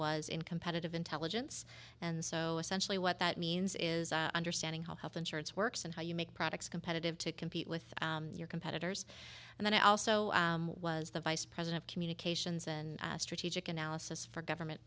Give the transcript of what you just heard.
was in competitive intelligence and so essentially what that means is understanding how health insurance works and how you make products competitive to compete with your competitors and then i also was the vice president communications and strategic analysis for government